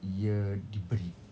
ia diberi